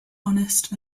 honest